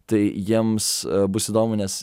tai jiems bus įdomu nes